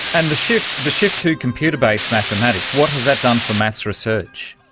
and the shift the shift to computer-based mathematics, what has that done for maths research?